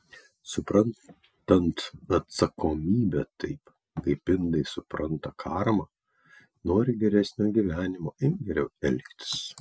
suprantant atsakomybę taip kaip indai supranta karmą nori geresnio gyvenimo imk geriau elgtis